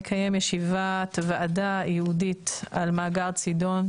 אנחנו נקיים ישיבת ועדה ייעודית על מאגר צידון,